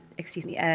excuse me. ah